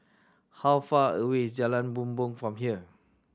how far away is Jalan Bumbong from here